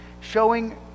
showing